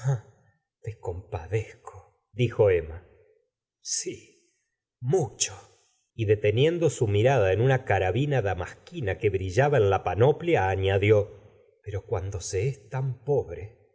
ah te compadezcol dijo emma si mucho y deteniendo su mirada en una carabina damasquina que brillaba en la panoplia añadió pero cuando se es tan pobre